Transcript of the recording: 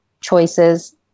choices